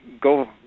go